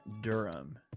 Durham